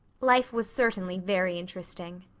life was certainly very interesting.